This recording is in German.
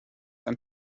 ein